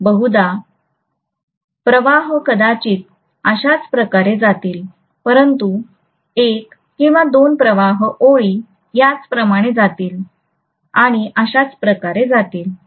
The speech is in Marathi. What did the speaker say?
बहुतेक प्रवाह कदाचित अशाच प्रकारे जातील परंतु एक किंवा दोन प्रवाह ओळी याप्रमाणेच जातील आणि अशाच प्रकारे जातील